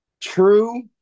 true